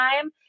time